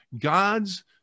God's